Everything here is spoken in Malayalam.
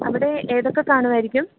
അവിടെ ഏതൊക്കെ കാണുമായിരിക്കും